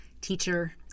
teacher